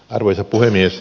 arvoisa puhemies